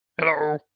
Hello